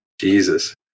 Jesus